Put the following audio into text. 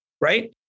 right